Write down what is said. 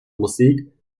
musik